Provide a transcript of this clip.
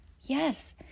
Yes